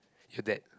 your dad